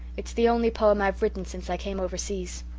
it's the only poem i've written since i came overseas.